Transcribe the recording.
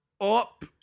up